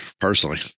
personally